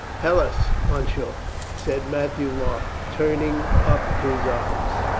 helas, monsieur, said matthieu-marc, turning up his eyes.